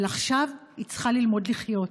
אבל עכשיו היא צריכה ללמוד לחיות.